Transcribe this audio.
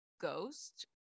ghost